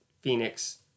Phoenix